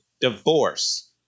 divorce